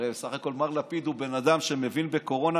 הרי בסך הכול מר לפיד הוא בן אדם שמבין בקורונה,